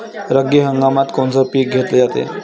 रब्बी हंगामात कोनचं पिक घेतलं जाते?